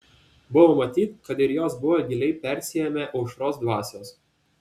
buvo matyt kad ir jos buvo giliai persiėmę aušros dvasios